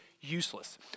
useless